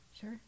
Sure